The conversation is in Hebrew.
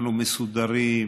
אנחנו מסודרים,